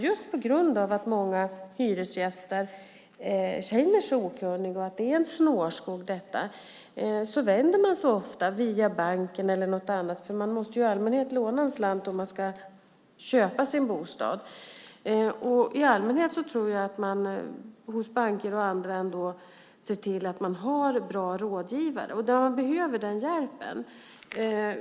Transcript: Just på grund av att många hyresgäster känner sig okunniga och att detta är en snårskog vänder de sig ofta till banken eller någon annan - man måste ju i allmänhet låna en slant om man ska köpa sin bostad. Och i allmänhet tror jag att man hos banker och andra ändå ser till att man har bra rådgivare där den här hjälpen behövs.